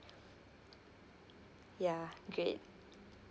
ya great